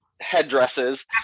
headdresses